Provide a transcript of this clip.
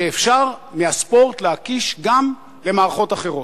שמהספורט אפשר להקיש גם למערכות אחרות: